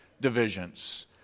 divisions